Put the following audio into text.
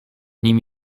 nim